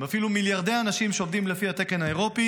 אפילו מיליארדי אנשים שעובדים לפי התקן האירופי,